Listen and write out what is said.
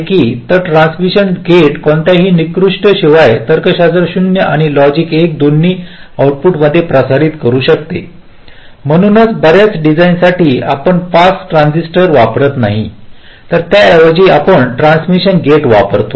तर हे transmission gate कोणत्याही निकृष्टते शिवाय तर्कशास्त्र 0 आणि लॉजिक 1 दोन्ही आउटपुटमध्ये प्रसारित करू शकते म्हणूनच बर्याच डिझाइनसाठी आपण पास ट्रान्झिस्टर वापरत नाही तर त्याऐवजी आपण ट्रांसमिशन गेट वापरतो